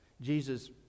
Jesus